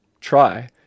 try